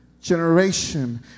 generation